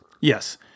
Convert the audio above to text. Yes